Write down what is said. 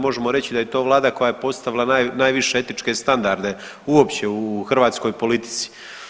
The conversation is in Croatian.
Možemo reći da je to Vlada koja postavila najviše etičke standarde uopće u hrvatskoj politici.